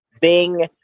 Bing